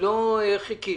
לא חיכינו,